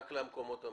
צודקת במאה אחוזים.